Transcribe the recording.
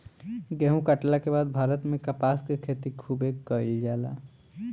गेहुं काटला के बाद भारत में कपास के खेती खूबे कईल जाला